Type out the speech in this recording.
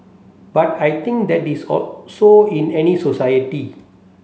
but I think that is so in any society